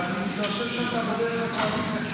ואני מתרשם שאתה בדרך לקואליציה,